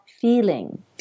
feeling